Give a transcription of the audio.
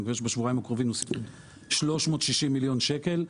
אני מקווה שבשבועיים הקרובים נוסיף עוד 360 מיליון שקל.